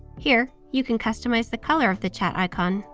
here, you can customize the color of the chat icon.